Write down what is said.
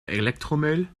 elektromüll